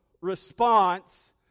response